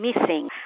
missing